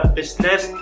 business